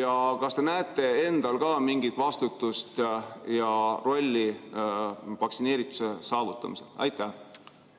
ja kas te näete endal ka mingit vastutust ja rolli vaktsineerituse saavutamisel?